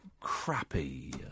Crappy